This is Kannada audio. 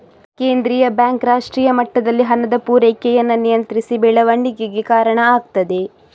ಕೇಂದ್ರೀಯ ಬ್ಯಾಂಕ್ ರಾಷ್ಟ್ರೀಯ ಮಟ್ಟದಲ್ಲಿ ಹಣದ ಪೂರೈಕೆಯನ್ನ ನಿಯಂತ್ರಿಸಿ ಬೆಳವಣಿಗೆಗೆ ಕಾರಣ ಆಗ್ತದೆ